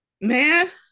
man